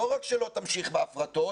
לא רק שלא תמשיך בהפרטות,